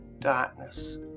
darkness